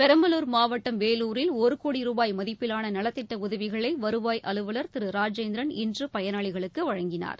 பெரம்பலூர் மாவட்டம் வேலூரில் ஒருகோடி ரூபாய் மதிப்பிலான நலத்திட்ட உதவிகளை வருவாய் அலுவலர் திரு ராஜேந்திரன் இன்று பயனாளிகளுக்கு வழங்கினார்